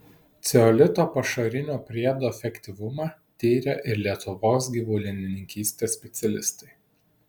ceolito pašarinio priedo efektyvumą tyrė ir lietuvos gyvulininkystės specialistai